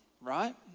right